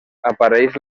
apareix